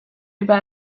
über